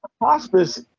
hospice